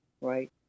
right